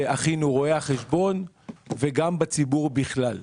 גם באחינו רואי החשבון וגם בציבור בכלל.